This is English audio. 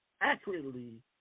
accurately